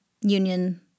union